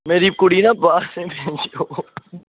मेरी कुड़ी ना बाहरै ई भेजो